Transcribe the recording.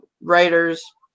raiders